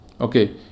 okay